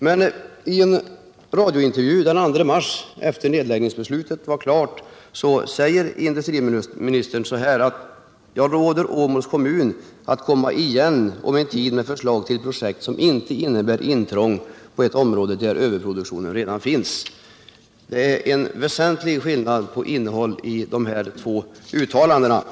Men i en radiointervju den 2 mars i år när nedläggningsbeslutet hade fattats sade industriministern: ”Jag råder Åmåls kommun att komma igen om en tid med förslag till projekt som inte innebär intrång på ett område där överproduktion redan finns.” Det är en väsentlig skillnad på innehållet i dessa två uttalanden.